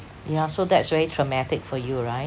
yeah so that's very traumatic for you right